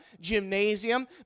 gymnasium